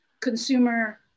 consumer